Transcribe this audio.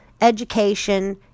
education